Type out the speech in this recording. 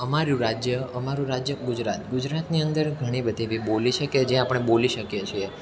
અમારુંં રાજ્ય અમારું રાજ્ય ગુજરાત ગુજરાતની અંદર ઘણી બધી એવી બોલી છે કે જે આપણે બોલી શકીએ છીએ